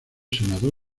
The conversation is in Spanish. senador